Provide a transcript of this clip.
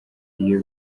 iyo